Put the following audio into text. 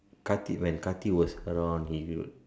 Karthik and Kartik was around